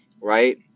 right